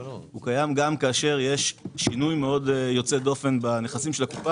הוא קיים גם כאשר יש שינוי מאוד יוצא דופן בנכסים של הקופה,